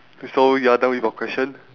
so you're done with your question